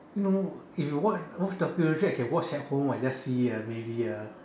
no if you watch watch documentary I can watch at home or just see a maybe a